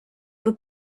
for